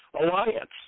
alliance